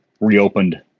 reopened